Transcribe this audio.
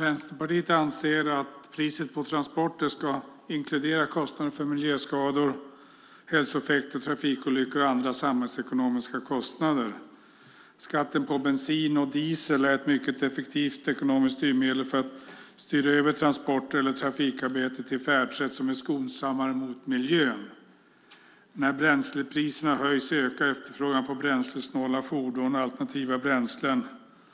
Vänsterpartiet anser att priset på transporter ska inkludera kostnaden för miljöskador, hälsoeffekter och trafikolyckor. Det gäller också andra samhällsekonomiska kostnader. Skatten på bensin och diesel är ett mycket effektivt ekonomiskt styrmedel för att styra över transporter eller trafikarbete till färdsätt som är skonsammare mot miljön. När bränslepriserna höjs ökar efterfrågan på bränslesnåla fordon och alternativa bränslen.